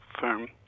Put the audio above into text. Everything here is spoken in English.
firm